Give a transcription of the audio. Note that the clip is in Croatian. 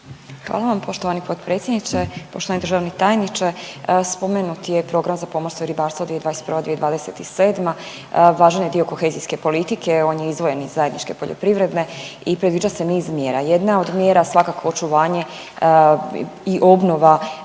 Hvala vam poštovani potpredsjedniče. Poštovani državni tajniče, spomenut je program za pomorstvo i ribarstvo 2021.-2027., važan je dio kohezijske politike, on je izdvojen iz zajedničke poljoprivredne i predviđa se niz mjera. Jedna od mjera je svakako očuvanje i obnova